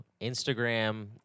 Instagram